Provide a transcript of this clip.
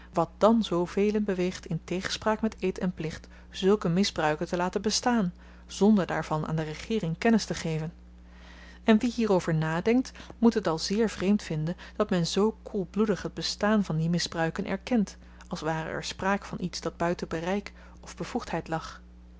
wat dan zoovelen beweegt in tegenspraak met eed en plicht zulke misbruiken te laten bestaan zonder daarvan aan de regeering kennis te geven en wie hierover nadenkt moet het al zeer vreemd vinden dat men zoo koelbloedig t bestaan van die misbruiken erkent als ware er spraak van iets dat buiten bereik of bevoegdheid lag